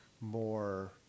more